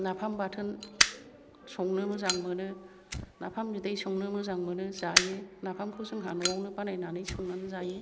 नाफाम बाथोन संनो मोजां मोनो नाफाम बिदै संनो मोजां मोनो जायो नाफामखौ जोंहा न'आवनो बानायनानै संनानै जायो